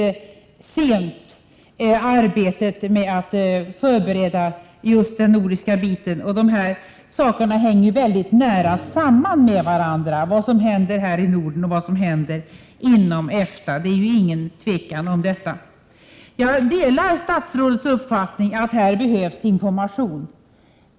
Arbetet med att förbereda just den nordiska biten har kommit i gång litet sent. Dessa saker hänger ju väldigt nära samman med varandra — vad som händer här i Norden och vad som händer inom Europa. Det är ingen tvekan om detta. Jag delar statsrådets uppfattning att det behövs information.